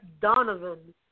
Donovan